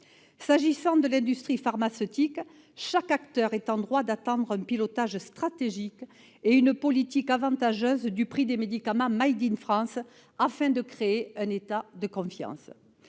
S'agissant de l'industrie pharmaceutique, chaque acteur est en droit d'attendre un pilotage stratégique et une politique avantageuse en ce qui concerne le prix des médicaments « France », afin de créer un climat de confiance.